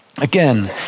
Again